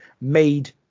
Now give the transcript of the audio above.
made